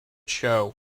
show